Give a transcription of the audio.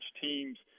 teams